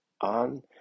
on